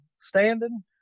standing